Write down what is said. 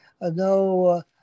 no